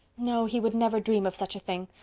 no, he would never dream of such a thing.